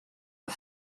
wer